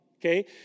Okay